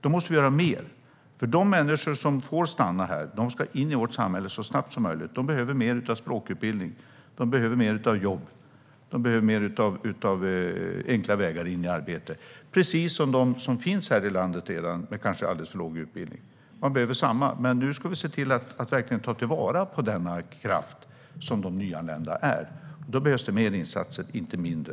Vi måste göra mer. De människor som får stanna här ska in i vårt samhälle så snabbt som möjligt. De behöver mer av språkutbildning, jobb och enkla vägar in i arbete, precis som de som redan finns här i landet och kanske har för låg utbildning. De behöver detsamma. Nu ska vi se till att verkligen ta vara på den kraft som de nyanlända är. Då behövs det mer insatser, inte mindre.